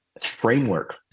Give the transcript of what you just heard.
framework